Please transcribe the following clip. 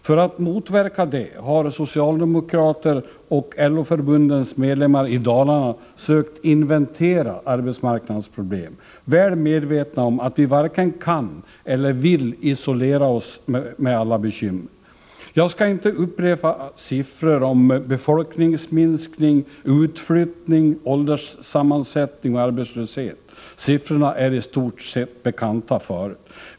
För att motverka det har socialdemokrater och LO-förbundens medlemmar i Dalarna sökt inventera arbetsmarknadens problem, väl medvetna om att vi varken kan eller vill isolera oss med alla bekymmer. Jag skall inte upprepa siffrorna för befolkningsminskning, utflyttning, ålderssammansättning och arbetslöshet. De är i stort sett bekanta sedan förut.